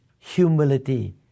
humility